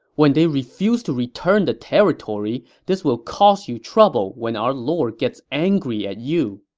when they refuse to return the territory, this will cause you trouble when our lord gets angry at you.